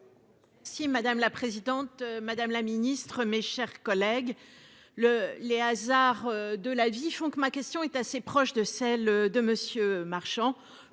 Si madame la présidente Madame la Ministre, mes chers collègues, le les hasards de la vie font que ma question est assez proche de celle de Monsieur Marchand.